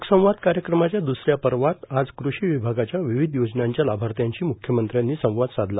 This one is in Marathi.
लोकसंवाद कार्यक्रमाच्या द्सऱ्या पर्वात आज कृषि विभागाच्या विविध योजनांच्या लाभार्थ्यांशी म्ख्यमंत्र्यांनी संवाद साधला